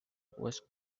was